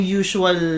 usual